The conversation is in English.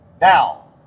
Now